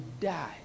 die